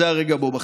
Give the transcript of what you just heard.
זה הרגע שבו בכיתי.